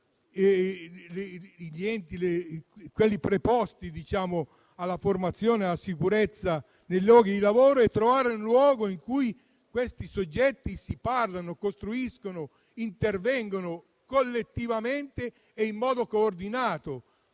e trovare un luogo in cui questi soggetti si parlano, costruiscono e intervengono collettivamente e in modo coordinato.